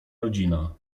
rodzina